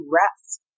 rest